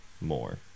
more